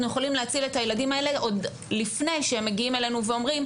יכולים להציל את הילדים עוד לפני שהם מגיעים אלינו ואומרים,